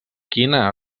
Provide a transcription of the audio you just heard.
quina